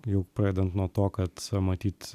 jau pradedant nuo to kad matyt